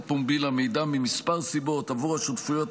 פומבי למידע מכמה סיבות: עבור השותפויות,